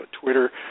Twitter